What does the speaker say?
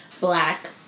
Black